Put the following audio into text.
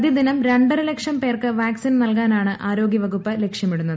പ്രതിദിനം രണ്ടരലക്ഷം പേർക്ക് വാക്സിൻ നൽകാനാണ് ആരോഗ്യവകുപ്പ് ലക്ഷ്യമിടുന്നത്